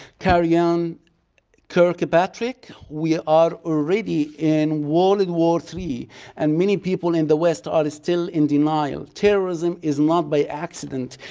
kerry-ann kirkpatrick. we are are already in world war three and many people in the west are still in denial. terrorism is not by accident.